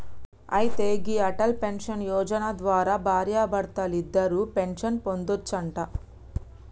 అయితే గీ అటల్ పెన్షన్ యోజన ద్వారా భార్యాభర్తలిద్దరూ పెన్షన్ పొందొచ్చునంట